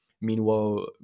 Meanwhile